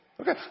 Okay